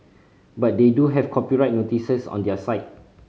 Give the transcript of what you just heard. but they do have copyright notices on their site